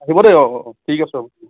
আহিব দেই অঁ অঁ অঁ ঠিক আছে হ'ব অঁ